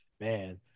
Man